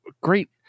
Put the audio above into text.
great